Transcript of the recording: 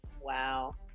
Wow